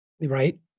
Right